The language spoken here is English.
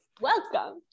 Welcome